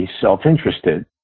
self-interested